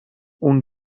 اون